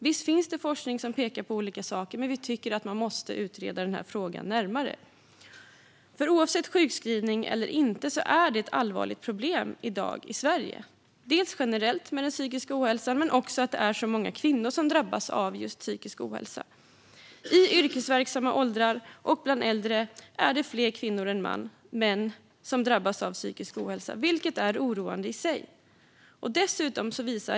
Visst finns det forskning som pekar på olika saker, men vi tycker att man måste utreda frågan närmare. Oavsett sjukskrivning eller inte är detta nämligen ett allvarligt problem i Sverige i dag - inte bara psykisk ohälsa generellt utan också att det är så många kvinnor som drabbas av just psykisk ohälsa. I yrkesverksamma åldrar och bland äldre är det fler kvinnor än män som drabbas av psykisk ohälsa, vilket är oroande i sig.